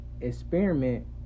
experiment